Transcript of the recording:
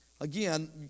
Again